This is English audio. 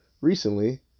recently